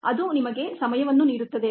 ಅದು ನಿಮಗೆ ಸಮಯವನ್ನು ನೀಡುತ್ತದೆ